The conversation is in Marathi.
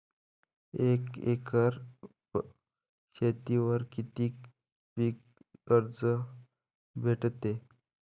एक एकर शेतीवर किती पीक कर्ज भेटते?